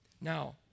Now